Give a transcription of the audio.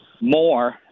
more